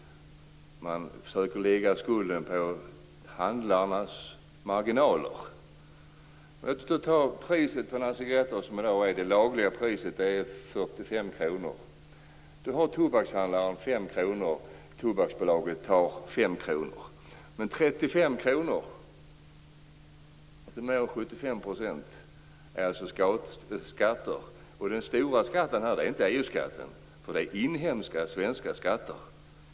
Man försöker lägga skulden på handlarnas marginaler. För ett paket cigaretter som i dag kostar 45 kr har tobakshandlaren 5 kr, och Tobaksbolaget tar 5 kr. Mer än 75 %, dvs. 35 kr, är alltså skatter, och den stora delen är inte EU-skatter utan inhemska svenska skatter.